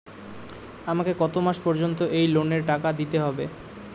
আমাকে কত মাস পর্যন্ত এই লোনের টাকা দিতে হবে?